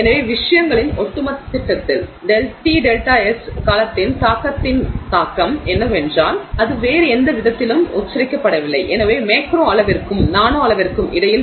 எனவே விஷயங்களின் ஒட்டுமொத்த திட்டத்தில் T ΔS காலத்தின் தாக்கத்தின் தாக்கம் என்னவென்றால் அது வேறு எந்த விதத்திலும் உச்சரிக்கப்படவில்லை எனவே மேக்ரோ அளவிற்கும் நானோ அளவிற்கும் இடையில் பேச